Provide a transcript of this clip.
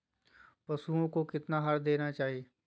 पशुओं को कितना आहार देना चाहि?